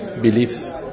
beliefs